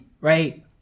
right